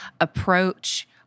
approach